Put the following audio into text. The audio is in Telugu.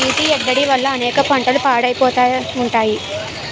నీటి ఎద్దడి వల్ల అనేక పంటలు పాడైపోతా ఉంటాయి